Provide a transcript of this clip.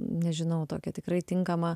nežinau tokia tikrai tinkama